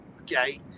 okay